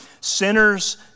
sinners